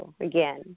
again